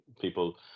people